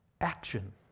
action